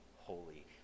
holy